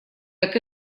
так